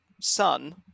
son